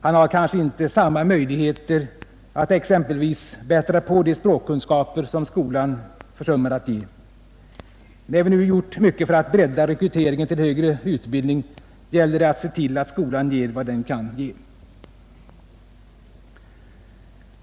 Han har kanske inte samma möjligheter att exempelvis bättra på de språkkunskaper som skolan försummat att ge. När vi nu gjort mycket för att bredda rekryteringen till högre utbildning, gäller det att se till att skolan ger vad den kan ge.